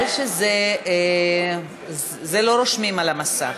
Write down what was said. את זה לא רושמים על המסך.